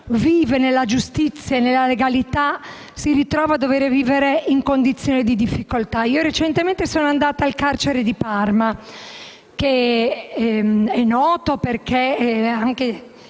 vive nella giustizia e nella legalità si ritrova a dover vivere in condizioni di difficoltà. Ho recentemente visitato il carcere di Parma, che è nuovamente